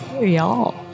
y'all